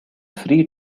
free